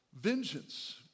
vengeance